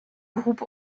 groupe